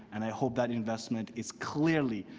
and i hope that investment is clearly